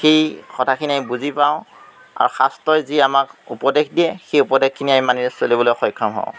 সেই কথাখিনি আমি বুজি পাওঁ আৰু শাস্ত্ৰই যি আমাক উপদেশ দিয়ে সেই উপদেশখখিনি আমি মানুহে চলিবলৈ সক্ষম হওঁ